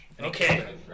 Okay